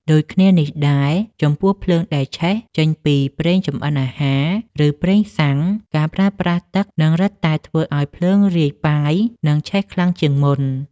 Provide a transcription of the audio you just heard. ដូចគ្នានេះដែរ ចំពោះភ្លើងដែលឆេះចេញពីប្រេងចម្អិនអាហារ ឬប្រេងសាំង ការប្រើប្រាស់ទឹកនឹងរឹតតែធ្វើឱ្យភ្លើងរាយប៉ាយ និងឆេះខ្លាំងជាងមុន។